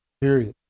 Period